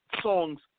songs